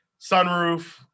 Sunroof